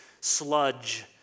sludge